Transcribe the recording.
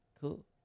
cool